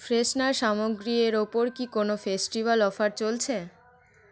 freshener সামগ্রীর ওপর কি কোনও ফেস্টিবাল অফার চলছে